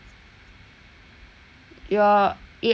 you're eh everyday nine o'clock in school or what